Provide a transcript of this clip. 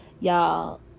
Y'all